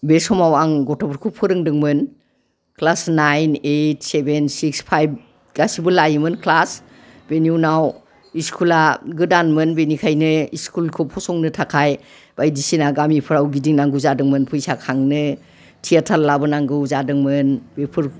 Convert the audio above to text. बे समाव आं गथ'फोरखौ फोरोंदोंमोन class nine eight seven six five गासैबो लायोमोन क्लास बेनि उनाव स्कुला गोदानमोन बेनिखायनो स्कुलखौ फसंनो थाखाय बायदिसिना गामिफोराव गिदिंनांगौ जादोंमोन फैसा खांनो थियाटार लाबोनांगौ जादोंमोन बेफोर